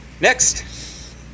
next